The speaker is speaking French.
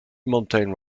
mountain